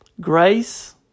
Grace